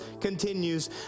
continues